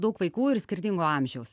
daug vaikų ir skirtingo amžiaus